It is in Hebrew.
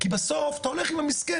כי בסוף אתה הולך עם המסכן,